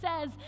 says